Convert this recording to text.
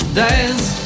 days